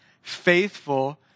Faithful